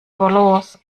balance